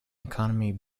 economy